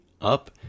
up